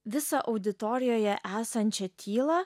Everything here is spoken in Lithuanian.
visą auditorijoje esančią tylą